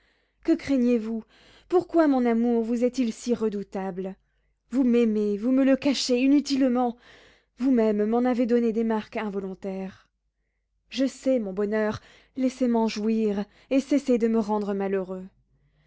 que craignez-vous pourquoi mon amour vous est-il si redoutable vous m'aimez vous me le cachez inutilement vous-même m'en avez donné des marques involontaires je sais mon bonheur laissez men jouir et cessez de me rendre malheureux